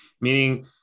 Meaning